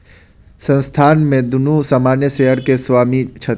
संस्थान में दुनू सामान्य शेयर के स्वामी छथि